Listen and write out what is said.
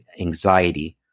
anxiety